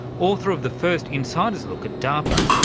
author of the first insiders' look at darpa,